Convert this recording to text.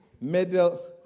Middle